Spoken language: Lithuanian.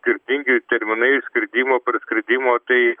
skirtingi terminai skridimo parskridimo tai